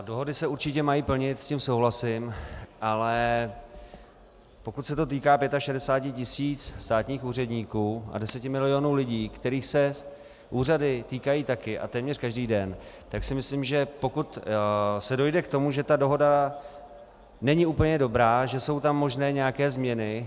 Dohody se určitě mají plnit, s tím souhlasím, ale pokud se to týká 65 tisíc státních úředníků a 10 milionů lidí, kterých se úřady týkají taky, a téměř každý den, tak si myslím, že pokud se dojde k tomu, že dohoda není úplně dobrá, že jsou tam možné nějaké změny.